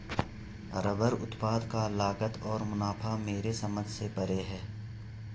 rubber उत्पाद का लागत और मुनाफा मेरे समझ से परे है